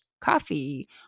coffee